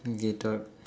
okay talk